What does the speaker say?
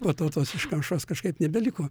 po to tos iškamšos kažkaip nebeliko